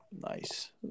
Nice